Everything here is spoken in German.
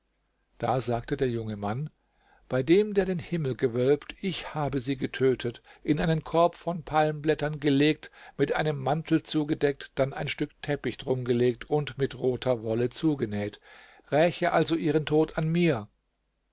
da sagte der junge mann bei dem der den himmel gewölbt ich habe sie getötet in einen korb von palmblättern gelegt mit einem mantel zugedeckt dann ein stück teppich drum gelegt und mit roter wolle zugenäht räche also ihren tod an mir